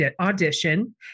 audition